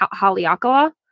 Haleakala